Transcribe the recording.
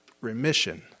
remission